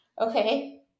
Okay